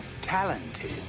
Talented